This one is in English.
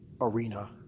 arena